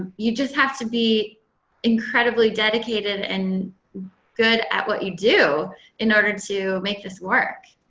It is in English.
you just have to be incredibly dedicated and good at what you do in order to make this work.